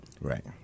Right